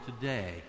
today